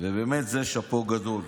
ובאמת שאפו גדול.